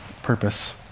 purpose